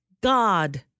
God